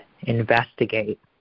investigate